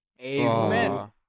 Amen